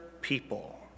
people